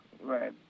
Right